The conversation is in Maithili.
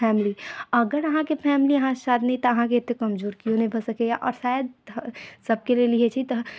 फैमिली अगर अहाँके फैमिली अहाँ साथ नहि तऽ अहाँके एतय कमजोर कियो नहि भऽ सकैए आओर शायद सभके लेल इएह छी तऽ